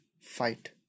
fight